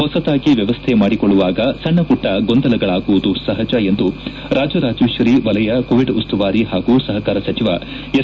ಹೊಸತಾಗಿ ವ್ಯವಸ್ಥೆ ಮಾಡಿ ಕೊಳ್ಳುವಾಗ ಸಣ್ಣಪುಟ್ಟ ಗೊಂದಲಗಳಾಗುವುದು ಸಹಜ ಎಂದು ರಾಜರಾಜೇಶ್ವರಿ ವಲಯ ಕೋವಿಡ್ ಉಸ್ತುವಾರಿ ಹಾಗೂ ಸಹಕಾರ ಸಚಿವ ಎಸ್